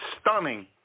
stunning